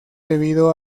debido